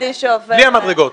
בלי המדרגות.